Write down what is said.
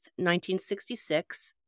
1966